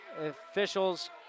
Officials